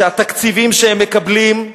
שהתקציבים שהם מקבלים,